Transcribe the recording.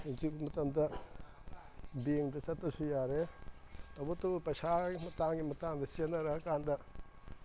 ꯍꯧꯖꯤꯛ ꯃꯇꯝꯗ ꯕꯦꯡꯗ ꯆꯠꯇ꯭ꯔꯁꯨ ꯌꯥꯔꯦ ꯇꯧꯕꯇꯕꯨ ꯄꯩꯁꯥ ꯃꯇꯥꯡꯒꯤ ꯃꯇꯥꯡꯗ ꯆꯦꯟꯅꯔ ꯀꯥꯟꯗ